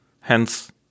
hence